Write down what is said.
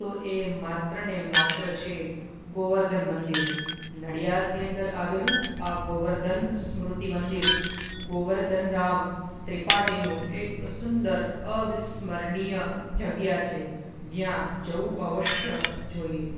તો એ માત્ર ને માત્ર છે ગોવર્ધન મંદિર નડિયાદની અંદર આવેલું આ ગોવર્ધન સ્મૃતિ મંદિર ગોવર્ધનરામ ત્રિપાઠીનું એક સુંદર અવિસ્મરણીય જગ્યા છે જ્યાં જવું અવશ્ય જોઈએ